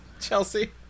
Chelsea